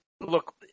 Look